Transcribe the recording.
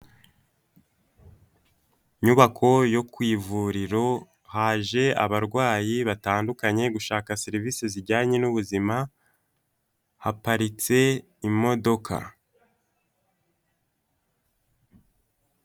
Inyubako yo ku ivuriro haje abarwayi batandukanye gushaka serivisi zijyanye n'ubuzima haparitse imodoka.